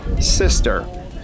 sister